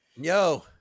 Yo